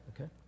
okay